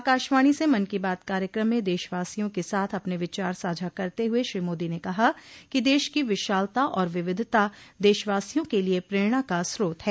आकाशवाणी से मन को बात कार्यक्रम में देशवासियों के साथ अपने विचार साझा करते हुए श्री मोदी ने कहा कि देश की विशालता और विविधता देशवासियों के लिए प्रेरणा का स्रोत है